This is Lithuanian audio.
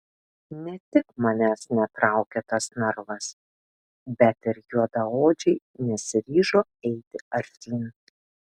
ne tik manęs netraukė tas narvas bet ir juodaodžiai nesiryžo eiti artyn